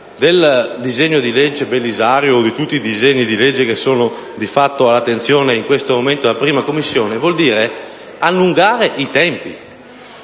sul disegno di legge Belisario o di tutti disegni di legge di fatto all'attenzione in questo momento della 1a Commissione vuol dire allungare i tempi.